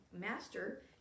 Master